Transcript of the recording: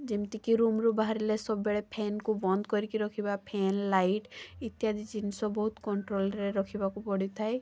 ଯେମିତିକି ରୁମ୍ରୁ ବାହାରିଲେ ସବୁବେଳେ ଫ୍ୟାନ୍କୁ ବନ୍ଦ କରିକି ରଖିବା ଫ୍ୟାନ୍ ଲାଇଟ୍ ଇତ୍ୟାଦି ଜିନିଷ ବହୁତ କଣ୍ଟ୍ରୋଲ୍ରେ ରଖିବାକୁ ପଡ଼ିଥାଏ